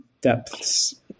depths